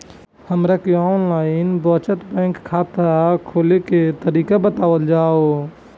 हमरा के online बचत बैंक खाता खोले के तरीका बतावल जाव?